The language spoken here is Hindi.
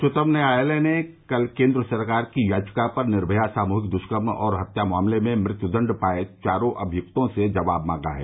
उच्चतम न्यायालय ने कल केंद्र सरकार की याचिका पर निर्मया सामूहिक दुष्कर्म और हत्या मामले में मृत्युदण्ड पाए चारों अभियुक्तों से जवाब मांगा है